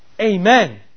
Amen